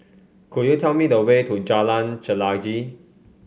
could you tell me the way to Jalan Chelagi